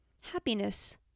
happiness